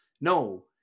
No